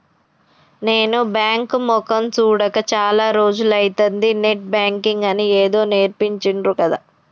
నేను బాంకు మొకేయ్ సూడక చాల రోజులైతంది, నెట్ బాంకింగ్ అని ఏదో నేర్పించిండ్రు గదా